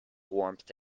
warmth